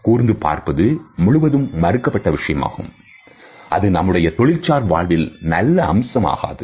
கூர்ந்து பார்ப்பது முழுவதும் மாறுபட்ட விஷயமாகும் அது நம்முடைய தொழில்சார் வாழ்வில் நல்ல அம்சம் ஆகாது